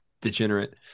degenerate